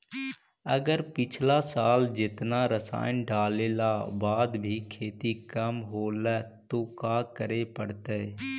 अगर पिछला साल जेतना रासायन डालेला बाद भी खेती कम होलइ तो का करे पड़तई?